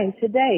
Today